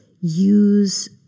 use